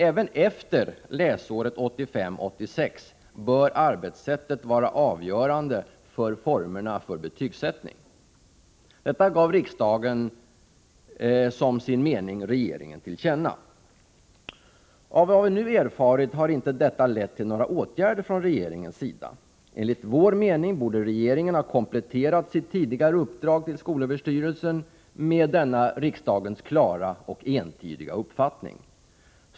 Även efter läsåret 1985/86 bör arbetssättet vara avgörande för formerna för betygsättningen. Detta gav riksdagen som sin mening regeringen till känna. Nu har vi erfarit att detta inte lett till några åtgärder från regeringens sida. Vi anser att regeringen borde ha kompletterat sitt tidigare uppdrag till skolöverstyrelsen enligt denna riksdagens klara och entydiga uppfattning.